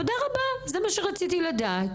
תודה רבה, זה מה שרציתי לדעת.